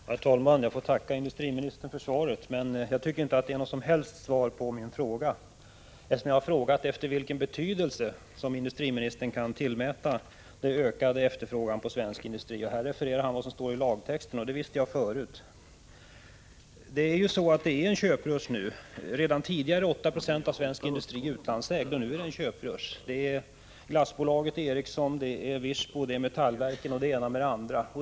Herr talman! Jag får tacka industriministern för svaret. Men jag tycker inte att det är något som helst svar på min fråga, eftersom jag har frågat vilken betydelse som industriministern kan tillmäta den ökade efterfrågan på svensk industri. Här refererar industriministern vad som står i lagtexten, och det visste jag förut. Det pågår en köprusch nu. Redan tidigare är 8 20 av svensk industri utlandsägd, och nu pågår som sagt en köprusch. Den gäller Glace-Bolaget, Ericsson, Wirsbo Bruk, Gränges Metallverken och det ena med det andra.